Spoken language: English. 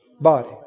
body